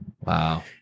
Wow